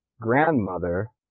grandmother